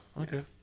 okay